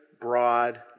broad